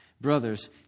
Brothers